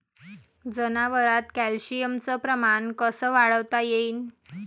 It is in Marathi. जनावरात कॅल्शियमचं प्रमान कस वाढवता येईन?